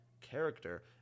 character